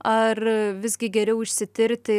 ar visgi geriau išsitirti